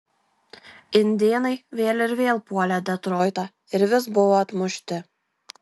indėnai vėl ir vėl puolė detroitą ir vis buvo atmušti